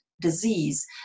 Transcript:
Disease